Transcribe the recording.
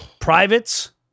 privates